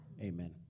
Amen